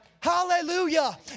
Hallelujah